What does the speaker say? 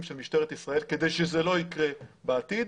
של משטרת ישראל כדי שזה לא יקרה בעתיד.